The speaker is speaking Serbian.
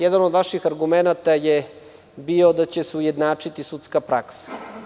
Jedan od naših argumenata je bio da će se ujednačiti sudska praksa.